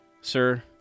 Sir